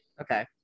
okay